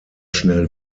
schnell